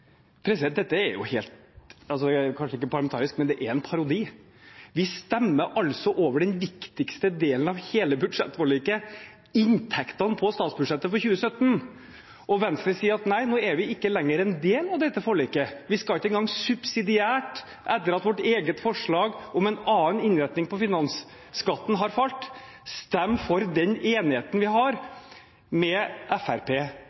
Det er kanskje ikke parlamentarisk sagt, men dette er en parodi! Vi stemmer altså over den viktigste delen av hele budsjettforliket, inntektene på statsbudsjettet for 2017, og Venstre sier at nei, nå er de ikke lenger en del av dette forliket. De skal ikke en gang subsidiært, etter at deres eget forslag om en annen innretning på finansskatten har falt, stemme for den enigheten de har